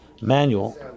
manual